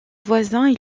voisins